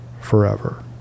forever